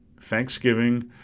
Thanksgiving